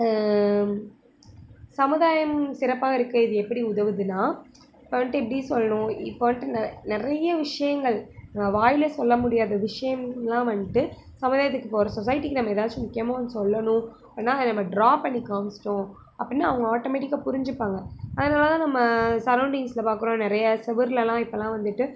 சமுதாயம் சிறப்பாக இருக்க இது எப்படி உதவுதுன்னால் இப்போ வந்துட்டு எப்படி சொல்லணும் இப்போ வந்துட்டு நெ நிறைய விஷயங்கள் நான் வாயிலில் சொல்ல முடியாத விஷயமெல்லாம் வந்துட்டு சமுதாயத்துக்கு இப்போ ஒரு சொசைட்டிக்கு நம்ம ஏதாச்சும் முக்கியமாக ஒன்று சொல்லணும் அப்படின்னா நம்ம ட்ரா பண்ணி காமிச்சுட்டோம் அப்படின்னா அவங்க ஆட்டோமேட்டிக்காக புரிஞ்சுப்பாங்க அதனால்தான் நம்ம சரௌண்டிங்ஸில் பார்க்குறோம் நிறையா சுவுர்லலாம் இப்பெலாம் வந்துட்டு